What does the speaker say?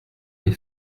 les